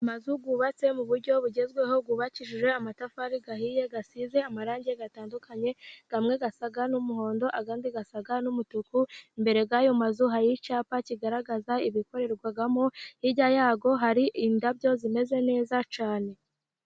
Amazu yubatse mu buryo bugezweho yubakishijwe amatafari ahiye, asize amarange atandukanye. Amwe asa n'umuhondo, andi asa n'umutuku, imbere y'ayo mazu hari icyapa kigaragaza ibikorerwamo, hirya yaho hari indabyo zimeze neza cyane.